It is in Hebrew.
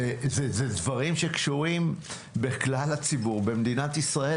אלה דברים שקשורים בכלל הציבור במדינת ישראל,